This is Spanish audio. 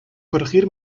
corregir